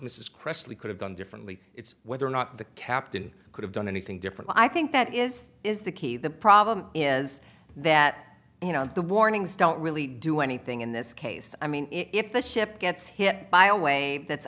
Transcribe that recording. cressler could have done differently it's whether or not the captain could have done anything different i think that is is the key the problem is that you know the warnings don't really do anything in this case i mean if the ship gets hit by a way that's